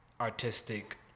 artistic